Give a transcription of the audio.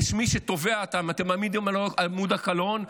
את מי שתובע אתם מעמידים אל עמוד הקלון,